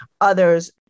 others